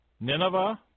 Nineveh